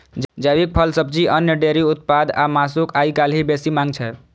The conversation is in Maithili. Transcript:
जैविक फल, सब्जी, अन्न, डेयरी उत्पाद आ मासुक आइकाल्हि बेसी मांग छै